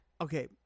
okay